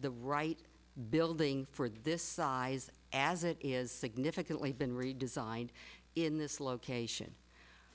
the right building for this size as it is significantly been redesigned in this location